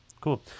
cool